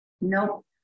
Nope